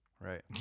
right